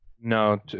No